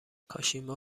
کاشیما